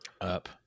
up